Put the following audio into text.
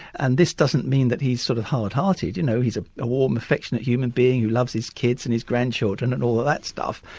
and this doesn't mean that he's sort of hard-hearted, you know he's ah a warm, affectionate human being who loves his kids and his grandchildren and all of that stuff,